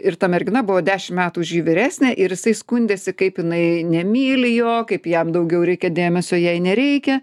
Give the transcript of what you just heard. ir ta mergina buvo dešim metų už jį vyresnė ir jisai skundėsi kaip jinai nemyli jo kaip jam daugiau reikia dėmesio jai nereikia